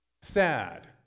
Sad